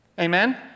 Amen